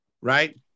right